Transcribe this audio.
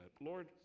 Lord